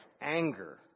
Anger